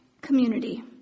community